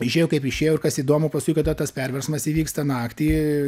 išėjo kaip išėjo ir kas įdomu paskui kada tas perversmas įvyksta naktį